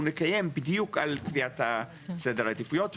נקיים בדיוק על קביעת סדר העדיפויות.